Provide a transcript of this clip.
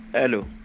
hello